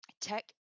tech